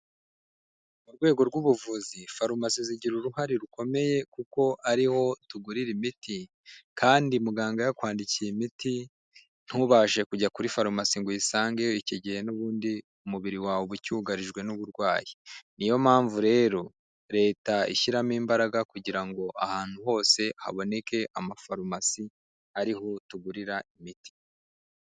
Mu rwego rw'ubuvuzi farumasi zigira uruhare rukomeye kuko ariho tugurira imiti, kandi muganga yakwandikiye imiti ntubashe kujya kuri farumasi ngo uyisangeyo, icyo gihe n'ubundi umubiri wawe uba ucyugarijwe n'uburwayi. Ni yo mpamvu rero Leta ishyiramo imbaraga kugira ngo ahantu hose haboneke amafarumasi, ariho tugurira imiti.